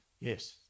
Yes